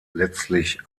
letztlich